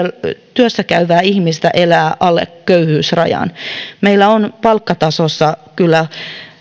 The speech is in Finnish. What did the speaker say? työssä käyvää ihmistä elää alle köyhyysrajan meillä on palkkatasossa kyllä